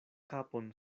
kapon